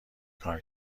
کار